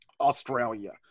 Australia